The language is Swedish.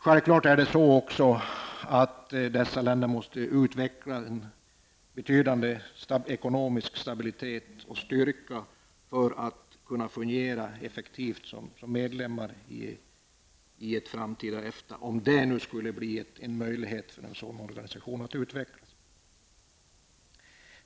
Självklart är det på det sättet att dessa länder måste utveckla en betydande ekonomisk stabilitet och styrka för att kunna fungera effektivt som medlemmar i ett framtida EFTA om det nu skulle bli möjlig för en sådan organisation att utvecklas.